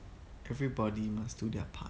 everybody must do their part